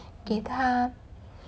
给他